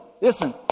listen